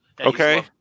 Okay